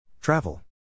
Travel